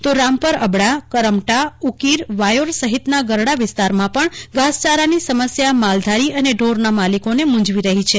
તો રામપર અબડા કરમટા ઉકીર વાયોર સહિતના ગરડા વિસ્તારમાં પણ ઘાસચારાની સમસ્યા માલધારી અને ઢોરના માલિકોને મૂંઝવી રહી છે